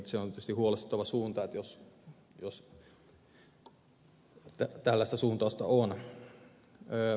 se on tietysti huolestuttava suunta jos tällaista suuntausta on